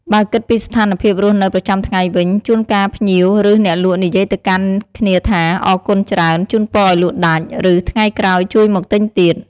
បើគិតពីស្ថានភាពរស់នៅប្រចាំថ្ងៃវិញ ជួនកាលភ្ញៀវ ឬ អ្នកលក់និយាយទៅកាន់គ្នាថា អរគុណច្រើន ជូនពរឱ្យលក់ដាច់ ឬ ថ្ងៃក្រោយជួយមកទិញទៀត។